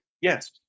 yes